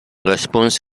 răspuns